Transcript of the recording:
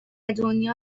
دنیا